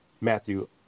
Matthew